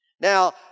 Now